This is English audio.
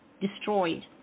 destroyed